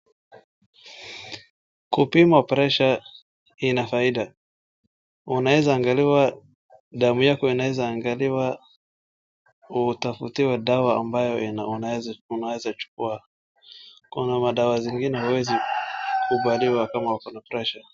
Kupima pressure ina faida. Unaeza angaliwa, damu yako inaeza angaliwa utafutiwe dawa ambayo unaeza chukua. Kuna madawa zingine huezi kubaliwa kama ukona pressure .